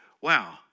wow